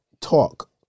talk